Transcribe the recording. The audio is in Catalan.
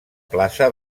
plaça